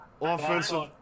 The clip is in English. offensive